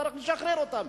צריך לשחרר אותם,